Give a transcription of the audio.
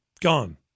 Gone